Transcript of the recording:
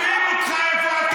תקשיבי לעצמך.